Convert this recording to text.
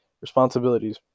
responsibilities